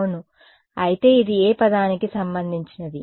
అవును అయితే ఇది ఏ పదానికి సంబంధించినది